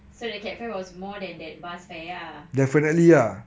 so the cab fare was more than that bus fare ah